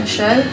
show